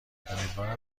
امیدوارم